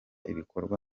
ibikorwa